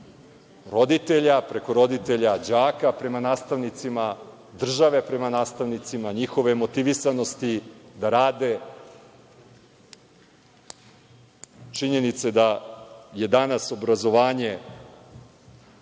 roditelja, preko roditelja đaka prema nastavnicima, države prema nastavnicima, njihove motivisanosti da rade. Činjenica da je danas obrazovanje